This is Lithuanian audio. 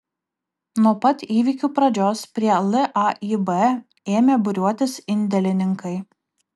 nuo pat įvykių pradžios prie laib ėmė būriuotis indėlininkai